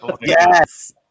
Yes